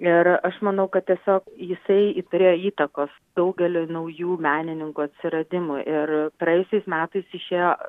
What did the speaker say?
ir aš manau kad tiesiog jisai turėjo įtakos daugeliui naujų menininkų atsiradimui ir praėjusiais metais išėjo